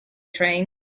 train